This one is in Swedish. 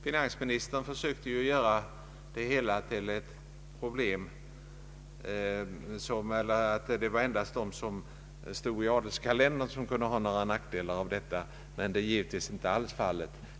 Finansministern försökte hävda att det bara är personer som står upptagna i adelskalendern som skulle ha några nackdelar av detta. Så är givetvis inte fallet.